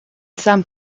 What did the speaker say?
some